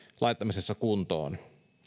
laittamisessa kuntoon